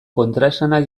kontraesana